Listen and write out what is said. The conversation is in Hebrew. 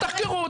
תחקרו,